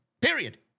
Period